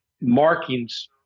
markings